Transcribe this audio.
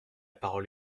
parole